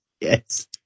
yes